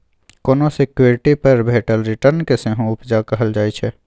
कोनो सिक्युरिटी पर भेटल रिटर्न केँ सेहो उपजा कहल जाइ छै